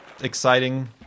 exciting